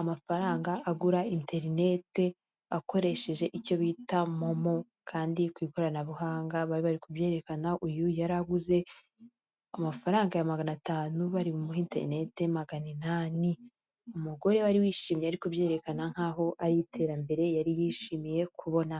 amafaranga agura interineti akoresheje icyo bita Momo kandi ku ikoranabuhanga bari bari kubyerekana, uyu yari aguze amafaranga ya magana atanu bari bumuhe interineti magana inani, umugore wari wishimye ari kubyerekana nk'aho ari iterambere yari yishimiye kubona.